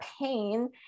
pain